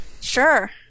Sure